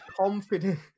confidence